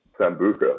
Sambuca